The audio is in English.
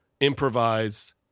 improvise